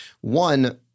one –